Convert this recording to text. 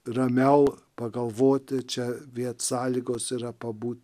ramiau pagalvoti čia vėl sąlygos yra pabūti